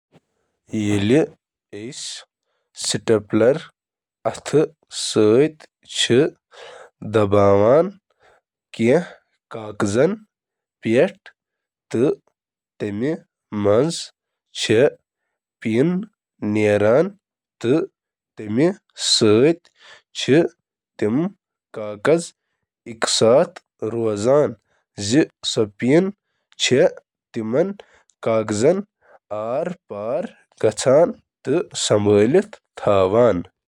بہر حال، زیادٕ تر, زْ, سٹیپلر چِھ ٹارک تہٕ پریشرک ہیوی اصول استعمال کرتھ کٲم کران۔ یِم آلات چھِ کاغذَو ذٔریعہٕ پرنگ شکلہِ ہُنٛد پِن ,یَتھ سٹیپل ونان چھِ, دِوان تہٕ پتہٕ چھِ یہِ کاغذٕچ سطحَس سۭتۍ جُڑنہٕ خٲطرٕ مُڑان۔